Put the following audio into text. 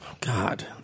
God